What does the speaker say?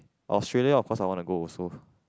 Australia of course I want to go also